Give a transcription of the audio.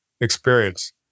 experience